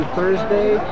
Thursday